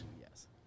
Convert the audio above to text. Yes